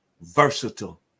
Versatile